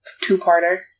two-parter